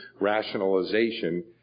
rationalization